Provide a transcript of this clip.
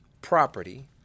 property